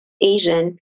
Asian